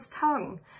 tongue